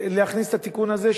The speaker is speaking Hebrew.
להכניס את התיקון הזה,